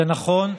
זה נכון,